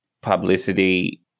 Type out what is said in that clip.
publicity